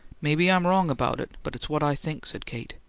maybe i'm wrong about it, but it's what i think, said kate.